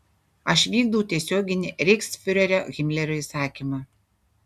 aš vykdau tiesioginį reichsfiurerio himlerio įsakymą